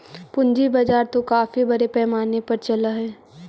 पूंजी बाजार तो काफी बड़े पैमाने पर चलअ हई